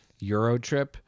Eurotrip